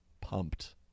Pumped